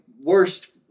worst